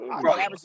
Bro